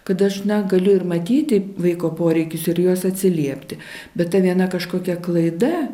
kad aš na galiu ir matyti vaiko poreikius ir juos atsiliepti bet ta viena kažkokia klaida